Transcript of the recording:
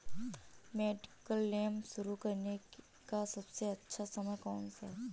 Mediclaim शुरू करने का सबसे अच्छा समय कौनसा है?